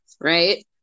right